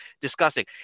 disgusting